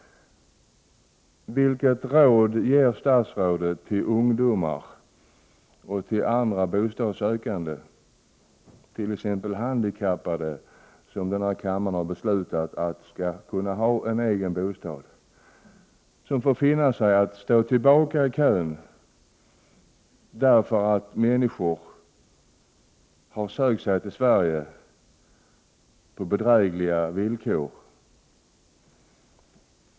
Vilket råd ger statsrådet till ungdomar och andra bostadssökande, t.ex. handikappade som skall kunna ha en egen bostad enligt vad denna kammare har beslutat, som får finna sig i att stå tillbaka i kön därför att människor har sökt sig till Sverige på bedrägliga villkor?